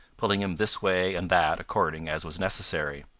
pulling him this way and that according as was necessary.